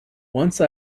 once